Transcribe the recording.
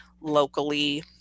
locally